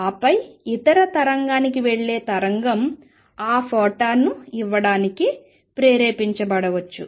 ఆపై ఇతర తరంగానికి వెళ్లే తరంగం ఆ ఫోటాన్ను ఇవ్వడానికి ప్రేరేపించబడవచ్చు